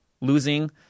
losing